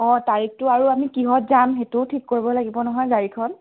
অঁ তাৰিখটো আৰু আমি কিহত যাম সেইটোও ঠিক কৰিব লাগিব নহয় গাড়ীখন